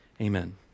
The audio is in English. Amen